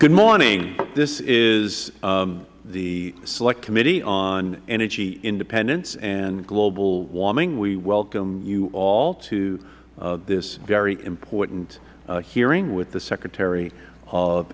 good morning this is the select committee on energy independence and global warming we welcome you all to this very important hearing with the secretary of